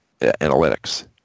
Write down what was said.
analytics